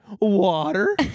water